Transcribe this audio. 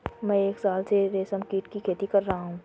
मैं एक साल से रेशमकीट की खेती कर रहा हूँ